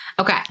Okay